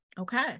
Okay